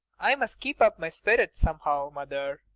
i must keep up my spirits somehow, mother.